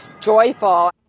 joyful